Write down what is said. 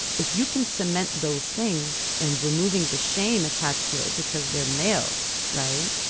if you can cement those things and removing the shame attached to it because they're males. right.